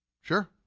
sure